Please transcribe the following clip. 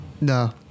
no